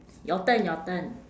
your turn your turn